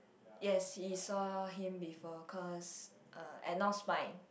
yes he saw him before cause uh at North-Spine